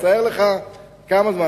אז תאר לך כמה זמן.